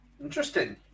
Interesting